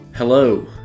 Hello